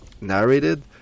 narrated